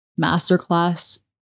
Masterclass